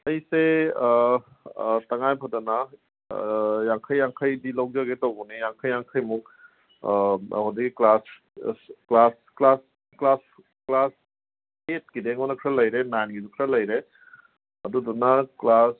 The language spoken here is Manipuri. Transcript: ꯑꯩꯁꯦ ꯑꯥ ꯑꯥ ꯇꯉꯥꯏ ꯐꯗꯅ ꯌꯥꯡꯈꯩ ꯌꯥꯡꯈꯩꯗꯤ ꯂꯧꯖꯒꯦ ꯇꯧꯕꯅꯦ ꯌꯥꯡꯈꯩ ꯌꯥꯡꯈꯩꯃꯨꯛ ꯑꯗꯒꯤ ꯀ꯭ꯂꯥꯁ ꯀ꯭ꯂꯥꯁ ꯀ꯭ꯂꯥꯁ ꯀ꯭ꯂꯥꯁ ꯑꯩꯠꯀꯤꯗꯤ ꯑꯩꯉꯣꯟꯗ ꯈꯔ ꯂꯩꯔꯦ ꯅꯥꯏꯟꯒꯤꯁꯨ ꯈꯔ ꯂꯩꯔꯦ ꯑꯗꯨꯗꯨꯅ ꯀ꯭ꯂꯥꯁ